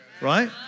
right